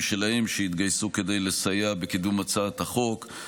שלהם שהתגייסו כדי לסייע בקידום הצעת החוק.